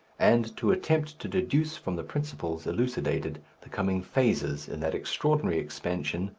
and to attempt to deduce from the principles elucidated the coming phases in that extraordinary expansion,